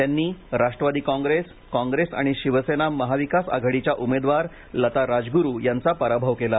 त्यांच्या विरोधात राष्ट्रवादी काँग्रेस काँग्रेस आणि शिवसेना महाविकास आघाडीच्या उमेदवार लता राजगुरू यांचा पराभव केला